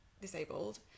disabled